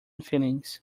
feelings